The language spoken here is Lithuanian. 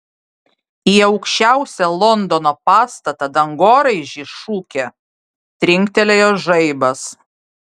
į aukščiausią londono pastatą dangoraižį šukė trinktelėjo žaibas